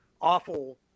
awful